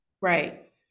right